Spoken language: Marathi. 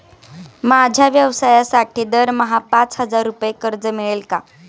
माझ्या व्यवसायासाठी दरमहा पाच हजार रुपये कर्ज मिळेल का?